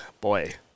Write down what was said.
boy